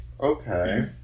Okay